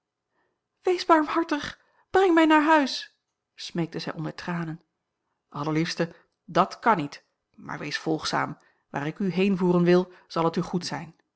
wees barmhartig breng mij naar huis smeekte zij onder tranen allerliefste dàt kan niet maar wees volgzaam waar ik u heenvoeren wil zal het u goed zijn